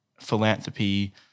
philanthropy